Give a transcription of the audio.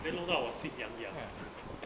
还拢到我的心痒痒